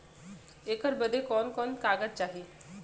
ऐकर बदे कवन कवन कागज चाही?